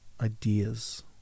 ideas